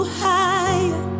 higher